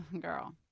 girl